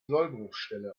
sollbruchstelle